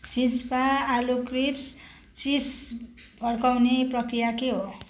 चिज्जपा आलु crisp chips फर्काउने प्रक्रिया के हो